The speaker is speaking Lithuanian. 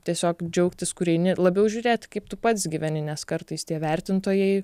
tiesiog džiaugtis kur eini labiau žiūrėti kaip tu pats gyveni nes kartais tie vertintojai